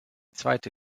zweite